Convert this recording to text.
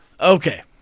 Okay